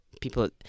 people